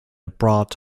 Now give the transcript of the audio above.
abroad